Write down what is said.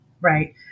Right